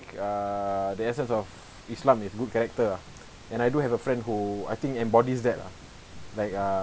err the essence of islam is good character ah and I do have a friend who I think embodies that ah like err